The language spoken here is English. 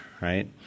right